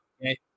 Okay